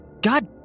God